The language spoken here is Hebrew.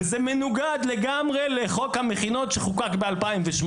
וזה מנוגד לגמרי לחוק המכינות שחוקק ב-2008.